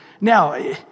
now